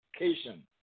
education